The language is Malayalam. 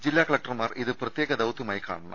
ജില്ലാ കലക്ടർമാർ ഇത് പ്രത്യേക ദൌതൃമായി കാണണം